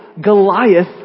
Goliath